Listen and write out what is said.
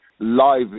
live